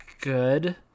good